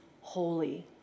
holy